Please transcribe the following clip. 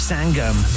Sangam